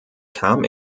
kam